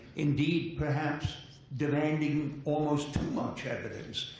indeed, perhaps demanding almost too much evidence,